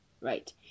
right